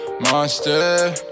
monster